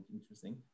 interesting